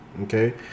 Okay